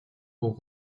pour